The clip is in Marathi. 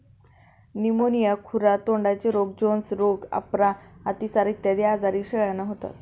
न्यूमोनिया, खुरा तोंडाचे रोग, जोन्स रोग, अपरा, अतिसार इत्यादी आजारही शेळ्यांना होतात